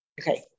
Okay